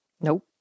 Nope